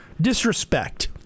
Disrespect